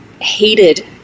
hated